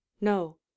no